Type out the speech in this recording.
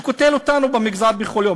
שקוטל אותנו במגזר בכל יום?